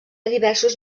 diversos